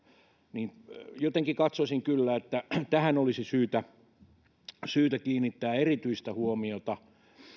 niin jotenkin katsoisin kyllä että tähän olisi syytä syytä kiinnittää erityistä huomiota